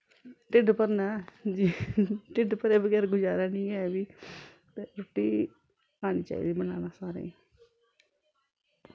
ढिड्ढ भरना ऐ जी ढिड्ढ भरै बगैरा गुजारा निं ऐ भई ते रुट्टी औनी चाहिदी बनाना सारें गी